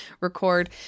record